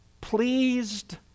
pleased